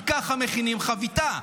כי ככה מכינים חביתה.